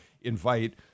invite